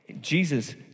Jesus